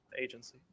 agency